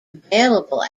available